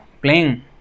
playing